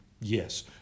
Yes